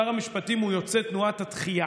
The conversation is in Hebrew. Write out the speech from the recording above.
שר המשפטים הוא יוצא תנועת התחיה.